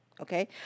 Okay